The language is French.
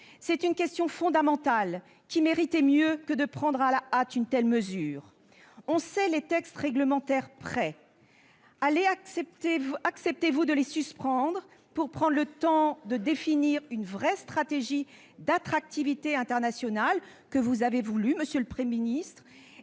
d'une question fondamentale, qui méritait mieux que de prendre à la hâte une telle mesure. On sait que les textes réglementaires sont prêts. Accepterez-vous de les suspendre pour prendre le temps de définir une vraie stratégie d'attractivité internationale, que vous avez voulue, monsieur le Premier ministre ?